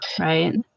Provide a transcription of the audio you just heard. right